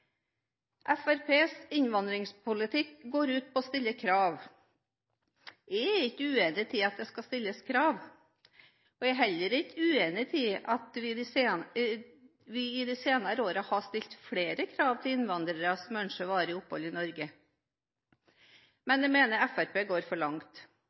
innvandringspolitikk går ut på å stille krav. Jeg er ikke uenig i at det skal stilles krav. Jeg er heller ikke uenig i at vi i de senere årene har stilt flere krav til innvandrere som ønsker varig opphold i Norge, men jeg mener Fremskrittspartiet går for langt.